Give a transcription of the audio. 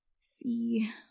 see